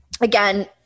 again